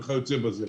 וכיוצא בזה.